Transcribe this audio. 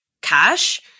cash